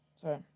Sorry